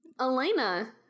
elena